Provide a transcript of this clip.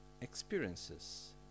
experiences